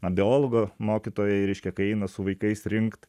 na beologo mokytojai reiškia kai eina su vaikais rinkt